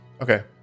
Okay